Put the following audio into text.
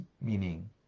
meaning